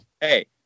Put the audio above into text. Hey